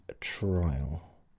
trial